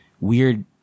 weird